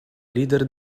leader